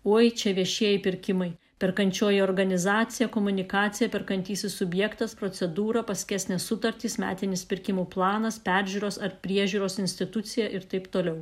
oi čia viešieji pirkimai perkančioji organizacija komunikacija perkantysis subjektas procedūra paskesnės sutartys metinis pirkimų planas peržiūros ar priežiūros institucija ir taip toliau